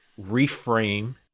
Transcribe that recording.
reframe